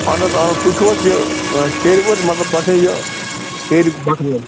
اہن حظ اہن حظ تُہۍ چھُو حظ یہِ سیٚرِ وٲلۍ مطلب تۅہہِ چھا یہِ سیٚرِ بٹھٕ وٲلۍ